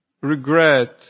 regret